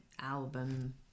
album